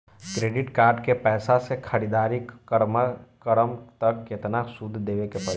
Credit card के पैसा से ख़रीदारी करम त केतना सूद देवे के पड़ी?